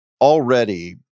already